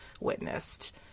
witnessed